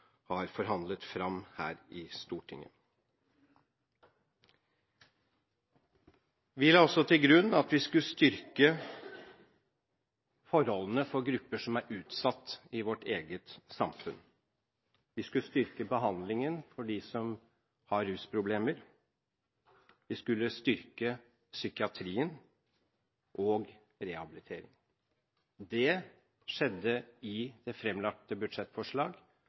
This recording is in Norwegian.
har forhandlet fram her i Stortinget. Vi la også til grunn at vi skulle styrke forholdene for grupper som er utsatt i vårt eget samfunn. Vi skulle styrke behandlingen for dem som har rusproblemer, vi skulle styrke psykiatrien og rehabilitering. Det skjedde i det fremlagte